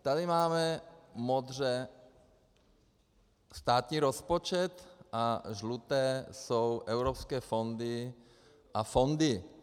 Tady máme modře státní rozpočet a žluté jsou evropské fondy a fondy.